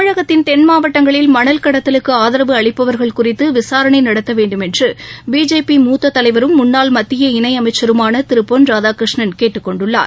தமிழகத்தின் தென் மாவட்டங்களில் மணல் கடத்தலுக்கு ஆதரவு அளிப்பவர்கள் குறித்து விசாரணை நடத்த வேண்டுமென்று பிஜேபி மூத்த தலைவரும் முன்னாள் மத்திய இணை அமைச்சருமான திரு பொன் ராதாகிருஷ்ணன் கேட்டுக் கொண்டுள்ளார்